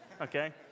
okay